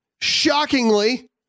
Shockingly